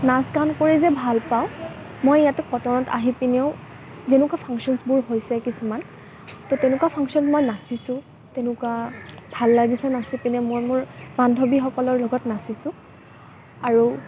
নাচ গান কৰি যে ভাল পাওঁ মই ইয়াতে কটনত আহি পিনেও যেনেকুৱা ফাংচনছ্বোৰ হৈছে কিছুমান তো তেনেকুৱা ফাংচনত মই নাচিছোঁ তেনেকুৱা ভাল লাগিছে নাচি পিনে মই মোৰ বান্ধৱীসকলৰ লগত নাচিছোঁ আৰু